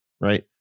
Right